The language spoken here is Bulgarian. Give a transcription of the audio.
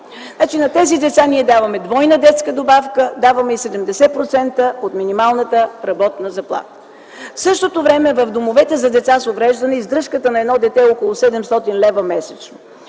На тези деца ние даваме двойна детска добавка, даваме и 70% от минималната работна заплата. В същото време в домовете за деца с увреждания издръжката на едно дете е около 700 лв. месечно.